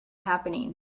happening